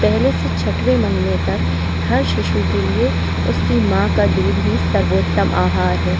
पहले से छठवे महीने तक हर शिशु के लिए उसकी माँ का दूध ही सर्वोत्तम आहार है